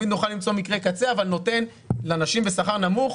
נוכל למצוא מקרה קצה אבל זה נותן מענה לנשים בשכר נמוך.